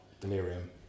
Delirium